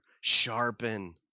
sharpen